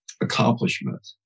accomplishment